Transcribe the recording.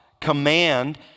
command